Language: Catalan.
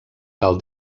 cal